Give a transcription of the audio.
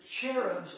cherubs